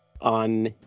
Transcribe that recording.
on